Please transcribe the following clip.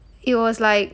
it was like